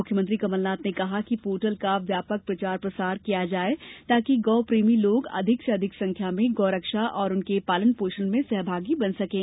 मुख्यमंत्री श्री कमल नाथ ने कहा कि पोर्टल का व्यापक प्रचार प्रसार किया जाए ताकि गौ प्रेमी लोग अधिक से अधिक संख्या में गौ रक्षा एवं उनके पालन पोषण में सहभागी बन सकें